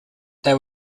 there